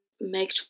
make